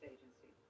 Agency